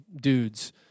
dudes